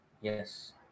yes